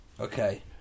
Okay